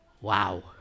Wow